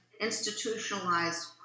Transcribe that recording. institutionalized